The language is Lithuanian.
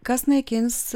kas naikins